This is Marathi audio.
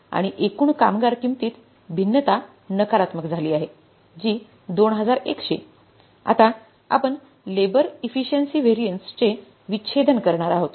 आणि एकूण कामगार किंमतीत भिन्नता नकारात्मक झाली आहे जी 2100 आता आपण लेबर इफिशिएंसि व्हॅरियन्स चे विच्छेदन करणार आहोत